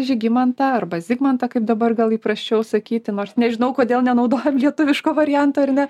žygimantą arba zigmantą kaip dabar gal įprasčiau sakyti nors nežinau kodėl nenaudojam lietuviško varianto ar ne